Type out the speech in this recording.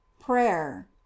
prayer